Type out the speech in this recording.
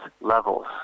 levels